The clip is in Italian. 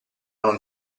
non